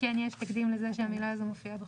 כן יש תקדים לזה שהמילה הזו מופיעה בחוקים.